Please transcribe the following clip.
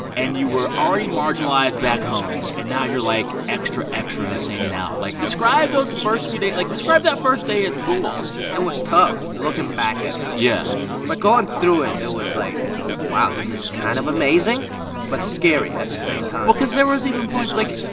and you were already marginalized back home, and now you're, like, extra, extra standing out. like, describe those first few like, describe that first day at school it was tough, looking back at it yeah but going through it, it was like wow, this is kind of amazing but scary at the same time well, cause there was even points, like,